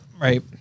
Right